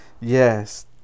Yes